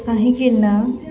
କହିଁକି ନା